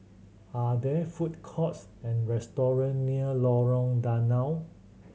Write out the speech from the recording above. are there food courts and restaurant near Lorong Danau